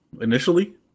initially